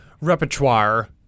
repertoire